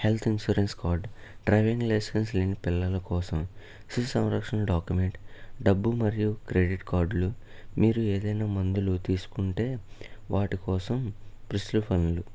health insurance card driving licence లేని పిల్లల కోసం శిశు సంరక్షణ డాక్యుమెంట్ డబ్బు మరియు క్రెడిట్ కార్డులు మీరు ఏదైనా మందులు తీసుకుంటే వాటికోసం ప్రిస్క్రిప్షన్లు